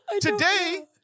Today